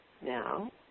Now